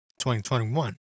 2021